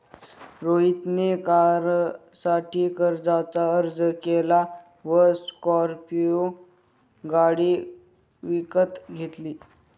रोहित ने कारसाठी कर्जाचा अर्ज केला व स्कॉर्पियो गाडी विकत घेतली